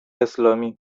اسلامی